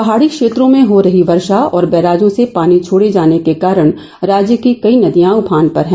पहाड़ी क्षेत्रों में हो रही व र्मा और बैराजों से पानी छोड़े जाने के कारण राज्य की कई नदियां उफान पर हैं